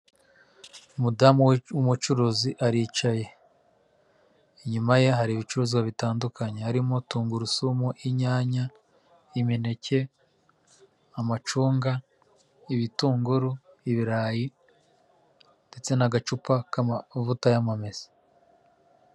Umudamu w'umucuruzi aricaye. Inyuma ye hari ibicuruzwa bitandukanye harimo: tungurusumu, inyanya, imineke, amacunga, ibitunguru ,ibirayi ndetse n'agacupa k'amavuta y'amamesa.